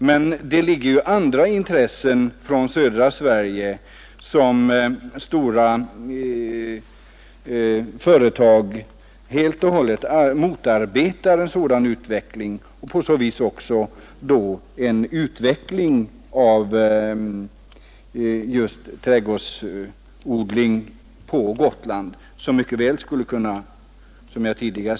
Men det finns stora företag i södra Sverige som helt och hållet motarbetar utvecklingen på Gotland, och på så sätt hindras också en utveckling av trädgårdsoch grönsaksodlingen och därmed också konservindustrin.